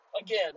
again